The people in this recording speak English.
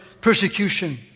persecution